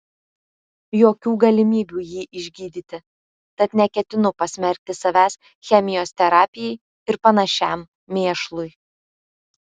jokių galimybių jį išgydyti tad neketinu pasmerkti savęs chemijos terapijai ir panašiam mėšlui